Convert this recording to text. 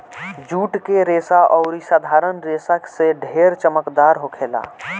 जुट के रेसा अउरी साधारण रेसा से ढेर चमकदार होखेला